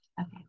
okay